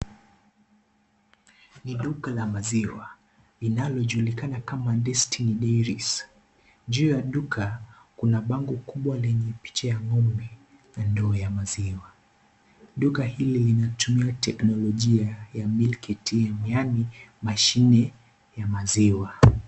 Ni duka la maziwa inalojulikana kama Destiny Dairies, juu ya duka kuna bango kubwa lenye picha ya ngombe na ndoo ya maziwa, duka hili linatumia teknolojia ya Milk ATM yani mashine ya maziwa.